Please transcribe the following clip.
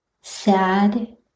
sad